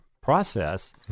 process